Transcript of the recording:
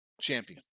champion